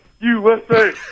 USA